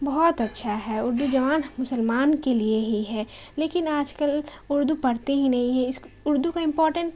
بہت اچھا ہے اردو زبان مسلمان کے لیے ہی ہے لیکن آج کل اردو پڑھتے ہی نہیں ہے اس اردو کا امپورٹینٹ